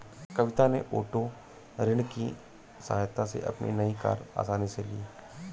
कविता ने ओटो ऋण की सहायता से अपनी नई कार आसानी से ली